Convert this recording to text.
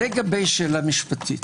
בשאלה משפטית,